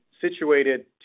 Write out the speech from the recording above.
situated